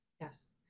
Yes